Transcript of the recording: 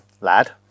lad